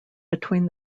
between